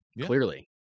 Clearly